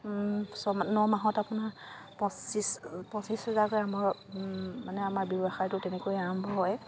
ছ ন মাহত আপোনাৰ পঁচিছ পঁচিছ হাজাৰকে আমাৰ মানে আমাৰ ব্যৱসায়টো তেনেকৈ আৰম্ভ হয়